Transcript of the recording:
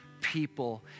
people